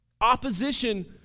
Opposition